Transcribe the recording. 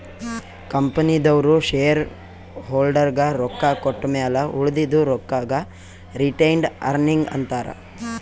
ಕಂಪನಿದವ್ರು ಶೇರ್ ಹೋಲ್ಡರ್ಗ ರೊಕ್ಕಾ ಕೊಟ್ಟಮ್ಯಾಲ ಉಳದಿದು ರೊಕ್ಕಾಗ ರಿಟೈನ್ಡ್ ಅರ್ನಿಂಗ್ ಅಂತಾರ